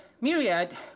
Myriad